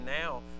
now